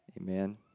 amen